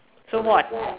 so what